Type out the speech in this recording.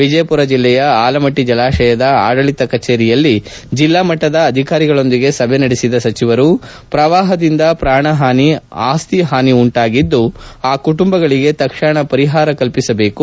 ವಿಜಯಪುರ ಜಿಲ್ಲೆಯ ಆಲಮಟ್ಟ ಜಲಾಶಯದ ಆಡಳಿತ ಕಚೇರಿಯಲ್ಲಿ ಜಿಲ್ಲಾ ಮಟ್ಟದ ಅಧಿಕಾರಿಗಳೊಂದಿಗೆ ಸಭೆ ನಡೆಸಿದ ಸಚಿವರು ಪ್ರವಾಹದಿಂದ ಪ್ರಾಣಹಾನಿ ಆಸ್ತಿಪಾನಿ ಎಂದಾಗಿದ್ದು ಆ ಕುಟುಂಬಗಳಿಗೆ ತಕ್ಷಣ ಪರಿಹಾರ ಕಲ್ಪಿಸಬೇಕು